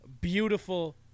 beautiful